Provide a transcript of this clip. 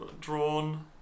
drawn